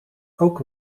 ook